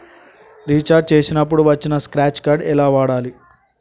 Recharge చేసినప్పుడు వచ్చిన scratch card ఎలా వాడాలి?